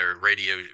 radio